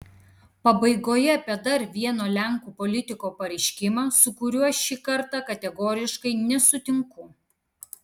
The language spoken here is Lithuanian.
pabaigoje apie dar vieno lenkų politiko pareiškimą su kuriuo šį kartą kategoriškai nesutinku